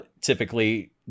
typically